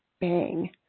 bang